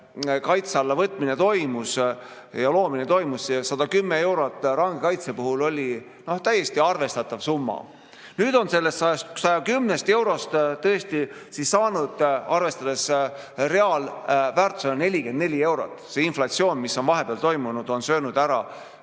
kaitse alla võtmine toimus ja loomine toimus, siis see 110 eurot range kaitse puhul oli täiesti arvestatav summa. Nüüd on sellest 110 eurost tõesti siis saanud, reaalväärtusena arvestades 44 eurot, see inflatsioon, mis on vahepeal toimunud, on söönud ära